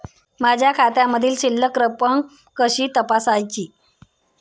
माझ्या खात्यामधील शिल्लक रक्कम कशी तपासायची?